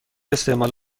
استعمال